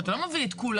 אתה לא מביא את כולם.